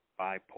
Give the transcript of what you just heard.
bipolar